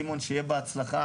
סימון, שיהיה בהצלחה.